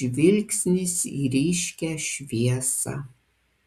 žvilgsnis į ryškią šviesą